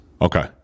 Okay